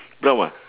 brown ah